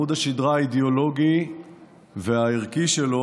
את עמוד השדרה האידיאולוגי והערכי שלו,